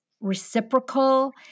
reciprocal